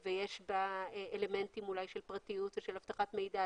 יש בה אלמנטים של פרטיות או של אבטחת מידע,